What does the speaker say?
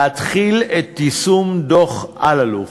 להתחיל את יישום דוח אלאלוף.